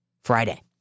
Friday